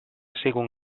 zaigun